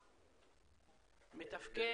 מתפקד?